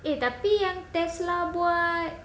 eh tapi yang tesla buat